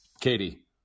Katie